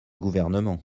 gouvernement